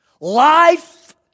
Life